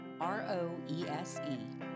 R-O-E-S-E